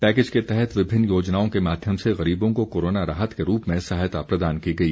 package के तहत विभिन्न योजनाओं के माध्यम से गरीबों को कोरोना राहत के रूप में सहायता प्रदान की गई